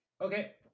Okay